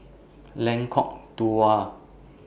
Lengkong Dua